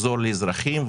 לחזור לאזרחים.